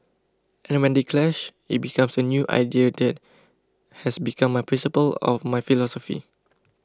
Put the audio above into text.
and when they clash it becomes a new idea that has become my principle of my philosophy